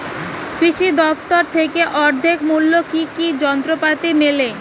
কৃষি দফতর থেকে অর্ধেক মূল্য কি কি যন্ত্রপাতি মেলে?